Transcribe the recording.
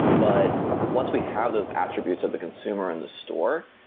but once we have those attributes of the consumer in the store,